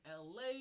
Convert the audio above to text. LA